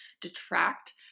detract